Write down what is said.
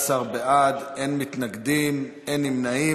13 בעד, אין מתנגדים, אין נמנעים.